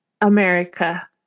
America